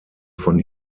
von